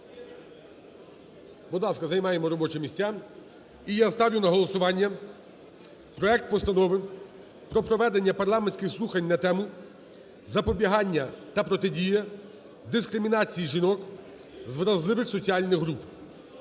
Будь ласка, займаємо робочі місця. І я ставлю на голосування проект Постанови про проведення парламентських слухань на тему: "Запобігання та протидія дискримінації жінок з вразливих соціальних груп"